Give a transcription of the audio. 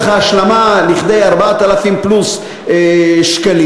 שתהיה לך השלמה לכדי 4,000 פלוס שקלים.